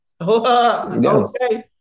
Okay